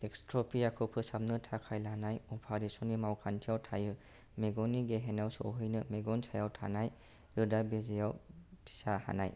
एक्सट्र'पियाखौ फोसाबनो थाखाय लानाय अपारेशननि मावखान्थियाव थायो मेगननि गेहेनाव सौहैनो मेगन सायाव थानाय रोदा बेजेयाव फिसा हानाय